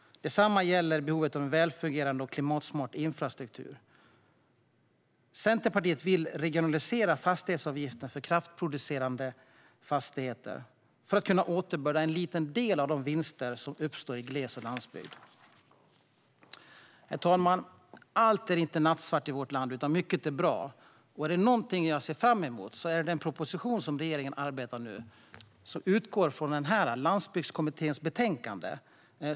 Detsamma gäller behovet av en välfungerande och klimatsmart infrastruktur. Centerpartiet vill regionalisera fastighetsavgiften för kraftproducerande fastigheter för att kunna återbörda en liten del av de vinster som uppstår i gles och på landsbygd. Herr talman! Allt är inte nattsvart i vårt land, utan mycket är bra. Är det något jag ser fram emot är det den proposition som regeringen arbetar med nu, som utgår från Landsbygdskommitténs betänkande.